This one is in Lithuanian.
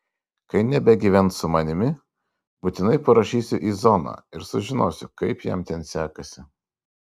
kai nebegyvens su manimi būtinai parašysiu į zoną ir sužinosiu kaip jam ten sekasi